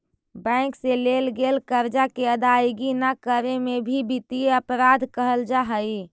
bank से लेल गेल कर्जा के अदायगी न करे में भी वित्तीय अपराध कहल जा हई